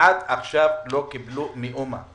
עד עכשיו לא קיבלו מאומה.